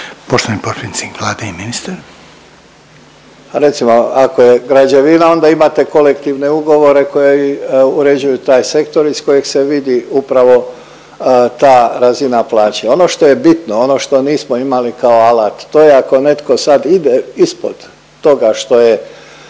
**Božinović, Davor (HDZ)** Recimo ako je građevina onda imate kolektivne ugovore koji uređuju taj sektor iz kojih se vidi upravo ta razina plaće. Ono što je bitno, ono što nismo imali kao alat, to je ako netko sad ide ispod toga što je